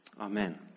Amen